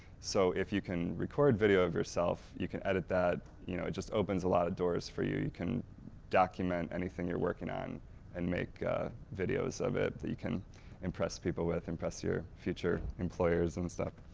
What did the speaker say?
so if you can record video of yourself, you can edit that you know it just opens a lot of doors for you, you can document anything your working on and make videos of it that you can impress people with, impress your future employers and stuff.